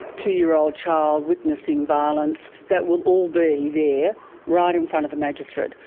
two-year-old child witnessing violence, that will all be there right in front of the magistrate.